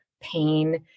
pain